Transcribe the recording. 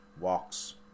walks